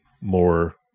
more